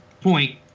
point